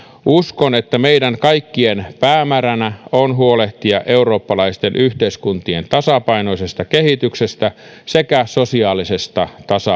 uskon että meidän kaikkien päämääränä on huolehtia eurooppalaisten yhteiskuntien tasapainoisesta kehityksestä sekä sosiaalisesta tasa